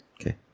Okay